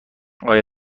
آیا